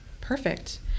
Perfect